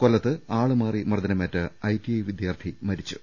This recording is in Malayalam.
കൊല്ലത്ത് ആളുമാറി മർദ്ദനമേറ്റ ഐടിഐ വിദ്യാർത്ഥി മരിച്ചു